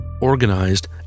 organized